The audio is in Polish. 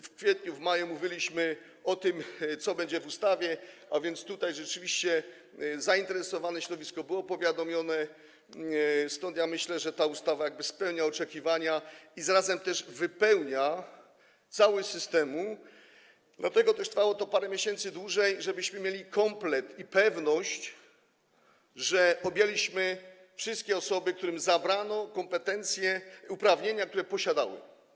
W kwietniu, w maju mówiliśmy o tym, co będzie w ustawie, a więc rzeczywiście zainteresowane środowisko było powiadomione, stąd myślę, że ustawa spełnia oczekiwania i zarazem wypełnia całość systemu, dlatego też trwało to parę miesięcy dłużej, żebyśmy mieli komplet i pewność, że objęliśmy wszystkie osoby, którym zabrano kompetencje, uprawnienia, które posiadały.